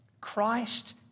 Christ